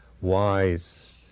wise